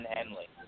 Henley